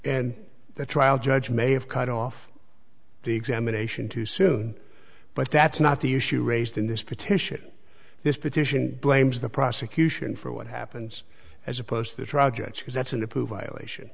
and the trial judge may have cut off the examination too soon but that's not the issue raised in this petition this petition blames the prosecution for what happens as opposed to the trial